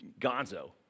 gonzo